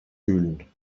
fühlen